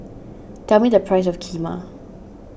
tell me the price of Kheema